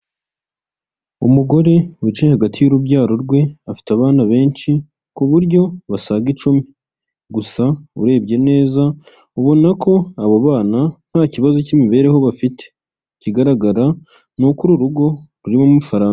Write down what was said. Umugore wicaye hagati y'urubyaro rwe afite abana benshi ku buryo basaga icumi, gusa urebye neza ubona ko abo bana nta kibazo cy'imibereho bafite, ikigaragara ni uko uru rugo rurimo amafaranga.